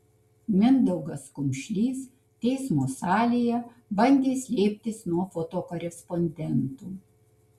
mindaugas kumšlys teismo salėje bandė slėptis nuo fotokorespondentų